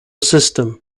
system